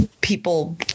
people